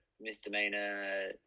misdemeanor